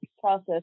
process